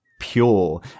pure